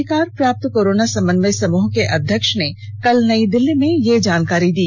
अधिकार प्राप्त कोरोना समन्वय समृह के अध्यक्ष ने कल नई दिल्ली में यह जानकारी दी